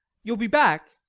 you'll be back,